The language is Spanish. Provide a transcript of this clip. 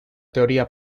teoría